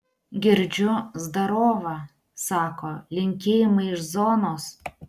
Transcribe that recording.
girdžiu zdarova sako linkėjimai iš zonos